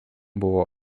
buvo